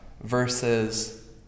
Versus